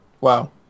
Wow